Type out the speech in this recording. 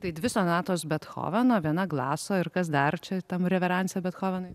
tai dvi sonatos bethoveno vien glaso ir kas dar čia tam reveranse bethovenui